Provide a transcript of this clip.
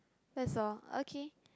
that's all okay